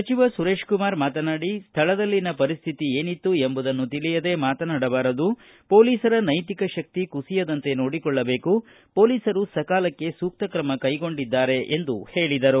ಸಚಿವ ಸುರೇಶ್ಕುಮಾರ್ ಮಾತನಾಡಿ ಸ್ಥಳದಲ್ಲಿನ ಪರಿಸ್ಥಿತಿ ಏನಿತ್ತು ಎಂಬುದನ್ನು ತಿಳಿಯದೆ ಮಾತನಾಡಬಾರದು ಪೊಲೀಸರ ನೈತಿಕ ಶಕ್ತಿ ಕುಸಿಯದಂತೆ ನೋಡಿಕೊಳ್ಳಬೇಕು ಪೊಲೀಸರು ಸಕಾಲಕ್ಷೆ ಸೂಕ್ತ ತ್ರಮ ಕೈಗೊಂಡಿದ್ದಾರೆ ಎಂದು ಹೇಳಿದರು